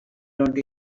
not